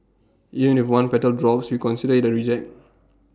even if one petal drops we consider IT A reject